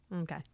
Okay